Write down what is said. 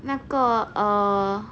那个 err